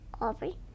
Aubrey